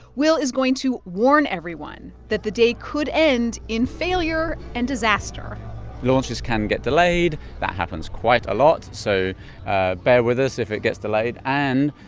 will is going to warn everyone that the day could end in failure and disaster launches can get delayed. that happens quite a lot. so bear with us if it gets delayed. and,